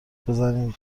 بزنین